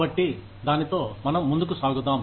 కాబట్టి దానితో మనం ముందుకు సాగుదాం